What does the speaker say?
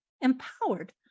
empowered